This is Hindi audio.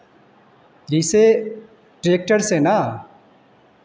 जैसे ट्रैक्टर से ना